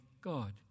God